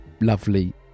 lovely